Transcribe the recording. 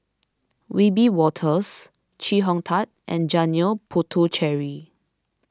Wiebe Wolters Chee Hong Tat and Janil Puthucheary